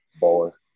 boys